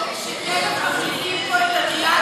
רציתי להגיד לך קודם שתכף מחליפים פה את הדלעת,